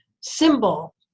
symbol